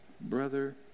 brother